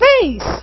face